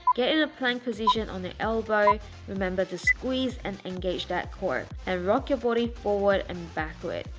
get in a plank position on the elbow remember to squeeze and engage that core and rock your body forward and backward.